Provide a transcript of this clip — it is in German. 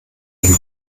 den